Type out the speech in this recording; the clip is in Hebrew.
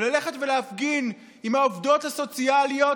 ללכת ולהפגין עם העובדות הסוציאליות